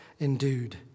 endued